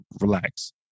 relax